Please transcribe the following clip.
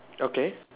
okay